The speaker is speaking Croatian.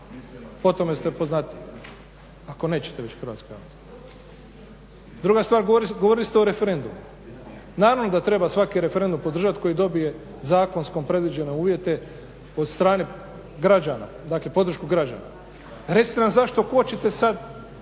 Po tome ste poznatiji ako nećete reći hrvatskoj javnosti. Druga stvar, govorili ste o referendumu, naravno da treba svaki referendum podržati koji dobije zakonski predviđene uvjete od strane građana, dakle podršku građana. Recite zašto kočite sada